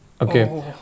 Okay